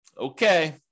Okay